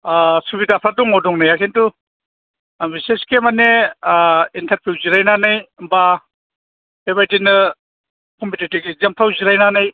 सुबिदाफ्रा दङ दंनाया किन्तु बिसेसके माने इन्टारभिउ जिरायनानै बा बेबायदिनो कम्पिटिटिभ एक्जामाव जिरायनानै